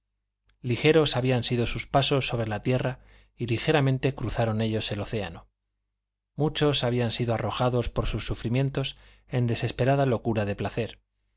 ligeros habían sido sus pasos sobre la tierra y ligeramente cruzaron ellos el océano muchos habían sido arrojados por sus sufrimientos en desesperada locura de placer